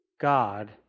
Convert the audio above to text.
God